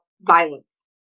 violence